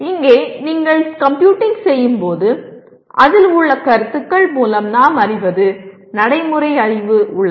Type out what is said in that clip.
இங்கே நீங்கள் கம்ப்யூட்டிங் செய்யும்போது அதில் உள்ள கருத்துக்கள் மூலம் நாம் அறிவது நடைமுறை அறிவு உள்ளது